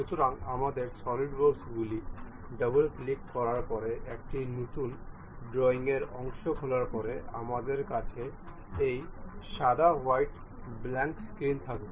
সুতরাং আমাদের সলিউডওয়ার্ক গুলি ডাবল ক্লিক করার পরে একটি নতুন ড্রইংয়ের অংশ খোলার পরে আমাদের কাছে এই সাদা ব্ল্যান্ক স্ক্রিন থাকবে